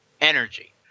energy